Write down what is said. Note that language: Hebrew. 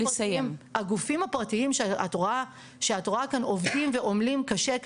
הגופים הפרטיים שאת רואה כאן עובדים ועומלים קשה,